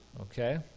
Okay